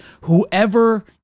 whoever